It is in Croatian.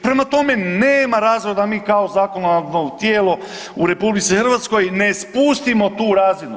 Prema tome, nema razloga da mi kao zakonodavno tijelo u RH ne spustimo tu razinu.